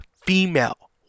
female